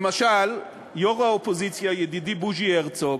למשל, יו"ר האופוזיציה ידידי בוז'י הרצוג